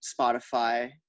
spotify